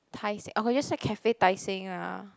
Tai-Seng or you just write cafe Tai-Seng ah